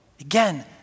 Again